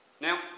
Now